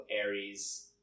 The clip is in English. Aries